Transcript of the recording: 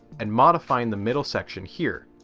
and modifying the middle section here,